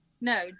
no